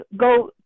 go